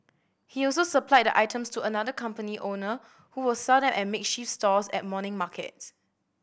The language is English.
he also supplied the items to another company owner who would sell them at makeshift stalls at morning markets